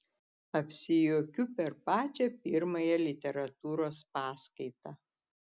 apsijuokiu per pačią pirmąją literatūros paskaitą